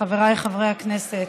חבריי חברי הכנסת,